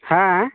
ᱦᱮᱸ